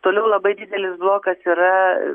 toliau labai didelis blokas yra